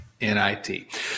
NIT